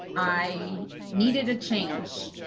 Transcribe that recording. i needed a change.